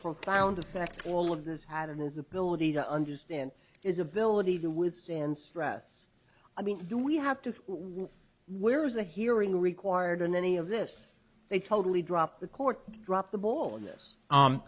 profound effect all of this had in his ability to understand is ability to withstand stress i mean do we have to we where is the hearing required in any of this they totally drop the court dropped the ball on th